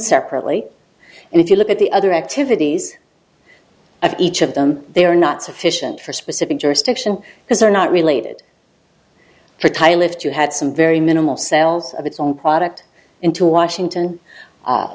separately and if you look at the other activities of each of them they are not sufficient for specific jurisdiction because they are not related to thai lift you had some very minimal sales of its own product into washington